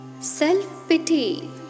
self-pity